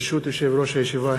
ברשות יושב-ראש הישיבה,